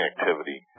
activity